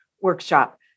workshop